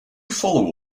follow